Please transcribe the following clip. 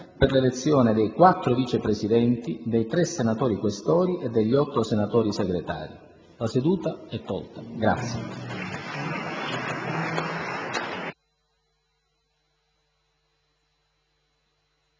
per l'elezione dei quattro Vice Presidenti, dei tre senatori Questori e degli otto senatori Segretari». La seduta è tolta *(ore